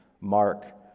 Mark